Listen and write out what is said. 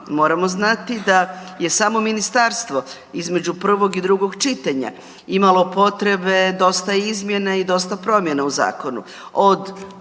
moramo znati da je samo Ministarstvo između prvog i drugog čitanja imalo potrebe dosta izmjena i dosta promjena u zakonu.